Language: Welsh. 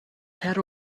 cer